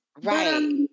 Right